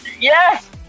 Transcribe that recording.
yes